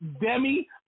Demi